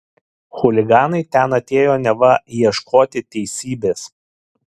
chuliganai ten atėjo neva ieškoti teisybės